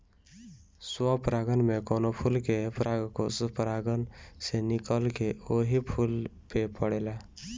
स्वपरागण में कवनो फूल के परागकोष परागण से निकलके ओही फूल पे पड़ेला